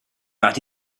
that